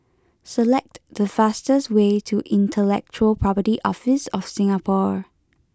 select the fastest way to Intellectual Property Office of Singapore